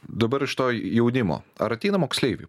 dabar iš to jaunimo ar ateina moksleivių